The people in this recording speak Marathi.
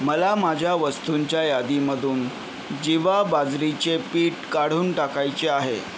मला माझ्या वस्तूंच्या यादीमधून जिवा बाजरीचे पीठ काढून टाकायचे आहे